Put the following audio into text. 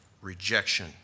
rejection